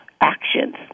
actions